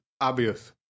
obvious